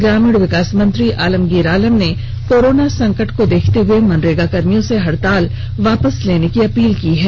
ग्रामीण विकास मंत्री आलमगीर आलम ने कोरोना संकट को देखते हुए मनरेगाकर्मियों से हड़ताल वापस लेने की अपील की है